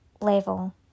level